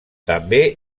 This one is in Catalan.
també